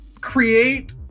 create